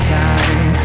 time